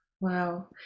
Wow